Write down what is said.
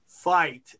fight